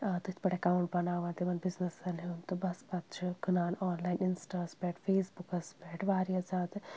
تٔتھۍ پٮ۪ٹھ ایکاوُنٛٹ بَناوان تِمن بِزنِسَن ہُنٛد تہٕ بَس پَتہٕ چھِ کٕنان آنلاِین اِنَسٹاہَس پٮ۪ٹھ فیس بُکَس پٮ۪ٹھ واریاہ زیادٕ